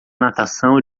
natação